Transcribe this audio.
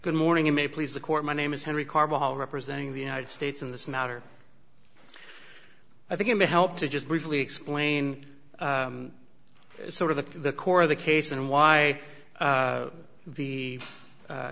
good morning in may please the court my name is henry karbala representing the united states in this matter i think it may help to just briefly explain sort of the core of the case and why the